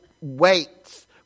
waits